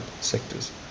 sectors